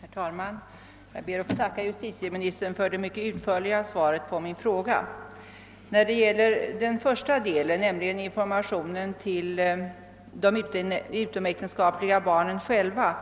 Herr talman! Jag ber att få tacka justitieministern för det mycket utförliga svaret på min fråga. Vad gäller den första delen av svaret, om informationen till de utomäktienskapliga barnen själva,